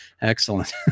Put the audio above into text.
excellent